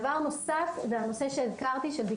דבר נוסף זה הנושא של דיכאון,